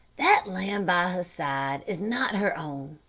that lamb by her side is not her own.